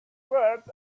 words